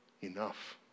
enough